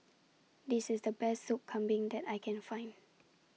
This IS The Best Soup Kambing that I Can Find